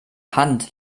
hand